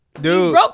dude